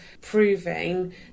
proving